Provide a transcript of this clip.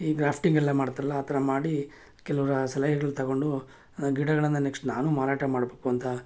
ಈ ಗ್ರಾಫ್ಟಿಂಗ್ ಎಲ್ಲ ಮಾಡ್ತಾರಲ್ಲ ಆ ಥರ ಮಾಡಿ ಕೆಲವರ ಸಲಹೆಗಳು ತಗೊಂಡು ಗಿಡಗಳನ್ನು ನೆಕ್ಸ್ಟ್ ನಾನು ಮಾರಾಟ ಮಾಡಬೇಕು ಅಂತ